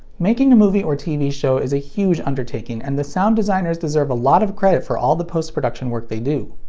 making a movie or tv show is a huge undertaking, and the sound designers deserve a lot of credit for all the post-production work they do.